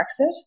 Brexit